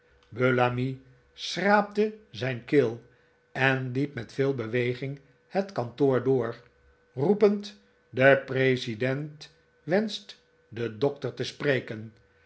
bullamy schraapte zijn keel en liep met veel beweging het kantoor door roepend de president wejischt den dokter te spreken